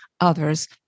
others